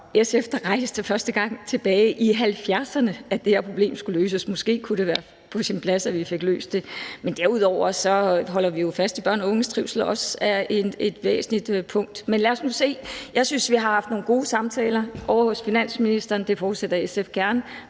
SF, der første gang tilbage i 1970'erne rejste det, at det her problem skulle løses, og måske kunne det være på sin plads, at vi fik løst det. Men derudover holder vi jo også fast i, at børn og unges trivsel er et væsentligt punkt. Men lad os nu se. Jeg synes, vi har haft nogle gode samtaler ovre hos finansministeren, og det fortsætter SF gerne.